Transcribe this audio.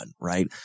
right